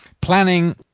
planning